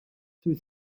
dwyt